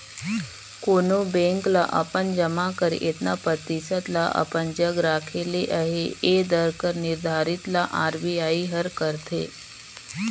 कोनो बेंक ल अपन जमा कर एतना परतिसत ल अपन जग राखे ले अहे ए दर कर निरधारन ल आर.बी.आई हर करथे